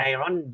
Iron